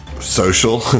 social